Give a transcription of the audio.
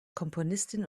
komponistin